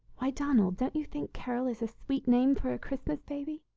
why, donald, don't you think carol is a sweet name for a christmas baby?